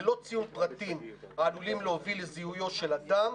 ללא ציון פרטים העלול להוביל לזיהויו של אדם,